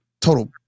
total